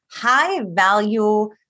high-value